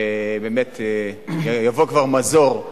ובאמת יבוא כבר מזור,